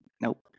Nope